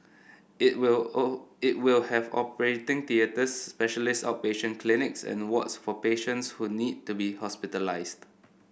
it will it will have operating theatres specialist outpatient clinics and wards for patients who need to be hospitalised